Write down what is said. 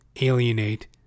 alienate